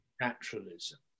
naturalism